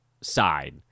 side